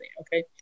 okay